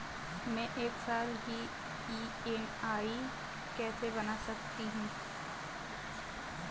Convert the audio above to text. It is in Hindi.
मैं एक साल की ई.एम.आई कैसे बना सकती हूँ?